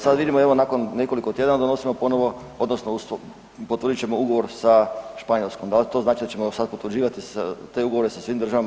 Sad vidimo, evo, nakon nekoliko tjedana, donosimo ponovo, odnosno potvrdit ćemo ugovor sa Španjolskom, da li to znači da ćemo sad potvrđivati te ugovore sa svim država EU?